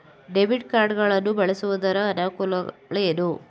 Debit card ಗಳನ್ನು ಬಳಸುವುದರ ಅನಾನುಕೂಲಗಳು ಏನು?